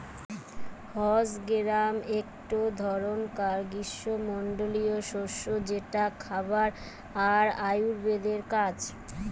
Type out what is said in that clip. horse gram একটো ধরণকার গ্রীস্মমন্ডলীয় শস্য যেটা খাবার আর আয়ুর্বেদের কাজ